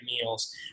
meals